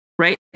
Right